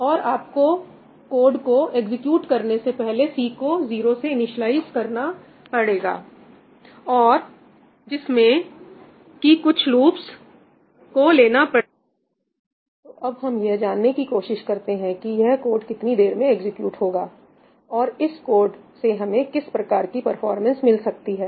लेकिन आपको C को 0 से इनिशियलाइज़ करना पड़ेगा और इंस्ट्रक्शंस के सेट्स को एग्जीक्यूट करना पड़ेगा तो अब हम यह जानने की कोशिश करते हैं कि यह कोड कितनी देर में एक्जिक्यूट होगा और इस कोड से हमें किस प्रकार की परफॉर्मेंस मिल सकती है